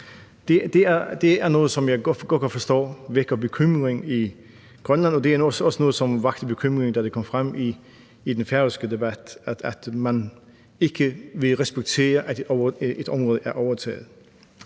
Det er noget, som jeg godt kan forstå vækker bekymring i Grønland, og det er også noget, som vakte bekymring, da det kom frem i den færøske debat, altså at man ikke vil respektere, at et område er overtaget.